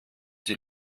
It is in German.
die